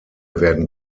werden